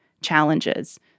challenges